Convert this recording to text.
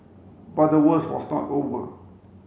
but the worst was not over